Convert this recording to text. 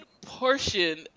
portion